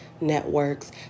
networks